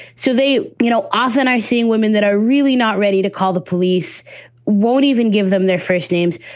so they, you know, often are seeing women that are really not ready to call the police won't even give them their first names,